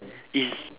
is